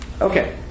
Okay